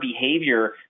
behavior